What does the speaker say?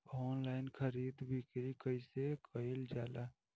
Online खरीद बिक्री कइसे कइल जाला?